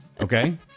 Okay